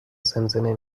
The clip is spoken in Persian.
زمزمه